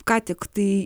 ką tik tai